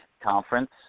conference